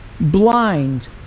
blind